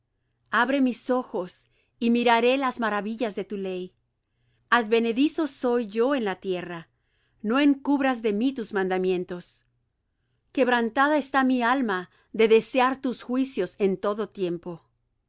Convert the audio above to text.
abre mis ojos y miraré las maravillas de tu ley advenedizo soy yo en la tierra no encubras de mí tus mandamientos quebrantada está mi alma de desear tus juicios en todo tiempo